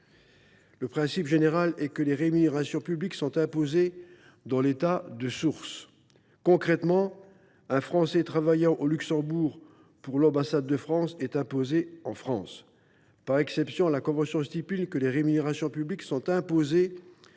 Le principe général est que ces rémunérations sont imposées dans l’État de source. Concrètement, un Français travaillant au Luxembourg pour l’ambassade de France est imposé en France. Par exception, la convention précise que les rémunérations publiques sont imposées